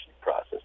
process